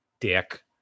dick